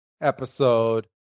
episode